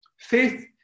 Faith